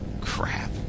Crap